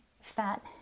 fat